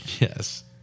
yes